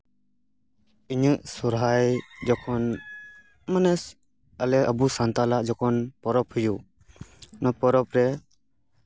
ᱤᱧᱟᱹᱜ ᱥᱚᱦᱨᱟᱭ ᱡᱚᱠᱷᱚᱱ ᱢᱟᱱᱮ ᱟᱞᱮ ᱟᱵᱚ ᱥᱟᱱᱛᱟᱞᱟᱜ ᱡᱚᱠᱷᱚᱱ ᱯᱚᱨᱚᱵᱽ ᱦᱩᱭᱩᱜ ᱚᱱᱟ ᱯᱚᱨᱚᱵᱽ ᱨᱮ